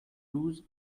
douze